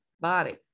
body